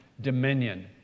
dominion